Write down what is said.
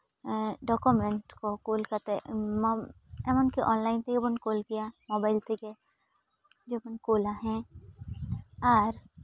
document ᱠᱚ ᱠᱩᱞ ᱠᱟᱛᱮ ᱮᱢᱟᱱ ᱮᱢᱟᱠᱤ ᱚᱱᱞᱟᱭᱤᱱ ᱛᱮᱜᱮ ᱵᱚᱱ ᱠᱩᱞ ᱠᱮᱭᱟ ᱢᱳᱵᱟᱭᱤᱞ ᱛᱷᱮᱠᱮ ᱡᱮ ᱵᱚᱱ ᱠᱩᱞᱟ ᱟᱨ